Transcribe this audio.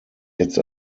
jetzt